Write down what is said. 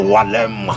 Walem